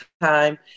time